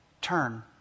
turn